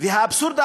והאבסורד,